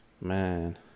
man